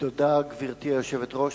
גברתי היושבת-ראש,